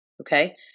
Okay